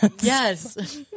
Yes